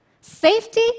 Safety